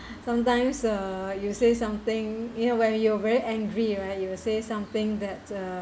sometimes uh you say something you know when you were very angry right you will say something that uh